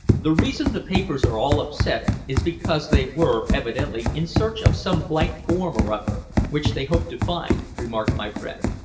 the reason the papers are all upset is because they were evidently in search of some blank form or other, which they hoped to find, remarked my friend.